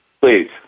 Please